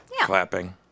Clapping